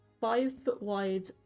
five-foot-wide